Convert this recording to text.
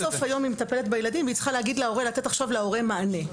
אבל עד סוף היום היא מטפלת בילדים והיא צריכה לתת עכשיו מענה להורה.